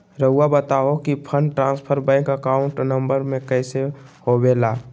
रहुआ बताहो कि fund transfer bank account number में कैसे होबेला?